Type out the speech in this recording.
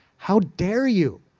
how dare you.